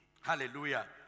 Hallelujah